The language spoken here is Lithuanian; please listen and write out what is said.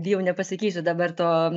bijau nepasakysiu dabar to